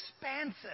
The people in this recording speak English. expansive